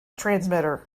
transmitter